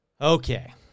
Okay